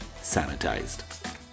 sanitized